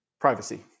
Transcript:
Privacy